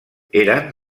eren